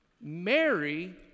Mary